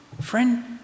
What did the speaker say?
Friend